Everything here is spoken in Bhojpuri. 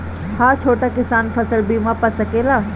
हा छोटा किसान फसल बीमा पा सकेला?